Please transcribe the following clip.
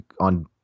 on